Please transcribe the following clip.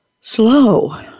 slow